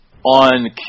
on